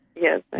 Yes